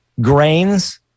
grains